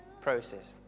process